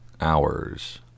hours